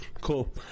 cool